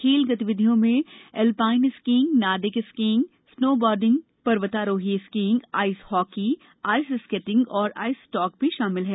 खेल गतिविधियों में alpine skiing Nordic skiing snowboarding पर्वतारोही skiing ice hockey ice skating और आइस स्टॉक शामिल हैं